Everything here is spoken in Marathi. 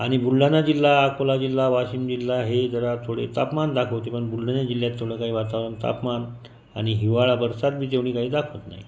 आणि बुलढाणा जिल्हा अकोला जिल्हा वाशिम जिल्हा हे जरा थोडे तापमान दाखवते पण बुलढाणा जिल्ह्यात तेवढं काही वातावरण तापमान आणि हिवाळा बरसातही तेवढी काही दाखवत नाही